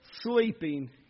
sleeping